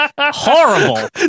Horrible